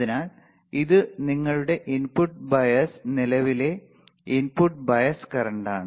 അതിനാൽ ഇത് നിങ്ങളുടെ ഇൻപുട്ട് ബയസ് നിലവിലെ ഇൻപുട്ട് ബയസ് കറന്റാണ്